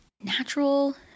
natural